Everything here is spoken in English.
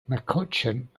mccutcheon